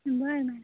बर मॅडम